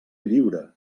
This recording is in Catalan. lliure